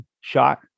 shot